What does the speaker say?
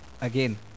Again